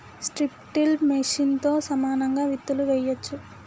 strip till మెషిన్తో సమానంగా విత్తులు వేయొచ్చు